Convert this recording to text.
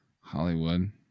Hollywood